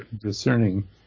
discerning